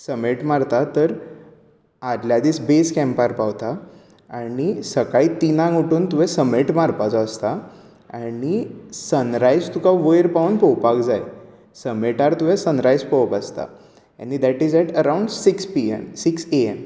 समेट मारतात तर आदल्या दीस बेझ कॅम्पार पावतात आनी सकाळीं तिनांक उठून तुवें समेट मारपाचो आसता आनी सनरायझ तुका वयर पावन पळोवपाक जाय समेटार तुवें सनरायझ पळोवप आसता आनी that is at around six p m six a M